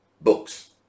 books